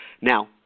Now